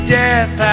death